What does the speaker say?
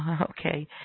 Okay